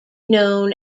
known